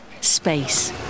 Space